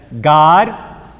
God